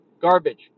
garbage